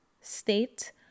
state